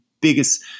biggest